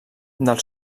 del